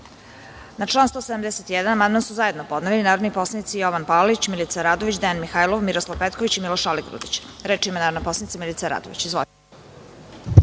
član 171. amandman su zajedno podneli narodni poslanici Jovan Palalić, Milica Radović, Dejan Mihajlov, Miroslav Petković i Miloš Aligrudić. Reč ima narodna poslanica Milica Radović. Izvolite.